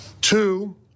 Two